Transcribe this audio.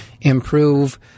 improve